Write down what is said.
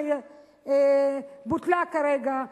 שבוטלה כרגע,